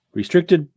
Restricted